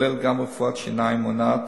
כך שהוא כולל גם רפואת שיניים מונעת